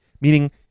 Meaning